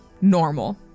normal